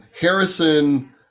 Harrison